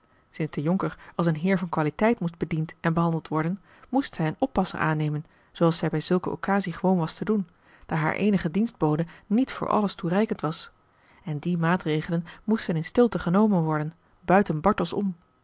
de jonker als een heer van qualiteit moest bediend en behandeld worden moest zij een oppasser aannemen zooals zij bij zulke occasie gewoon was te doen daar haar eenige dienstbode niet voor alles toereikend was en die maatregelen moesten in stilte genomen worden buiten bartels om